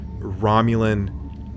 Romulan